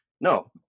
No